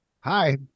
hi